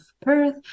Perth